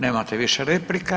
Nemate više replika.